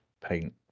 paint